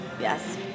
Yes